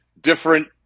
different